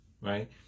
Right